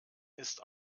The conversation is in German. ist